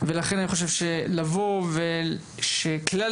ולכן אני חושב שזה דבר חשוב מאוד שכלל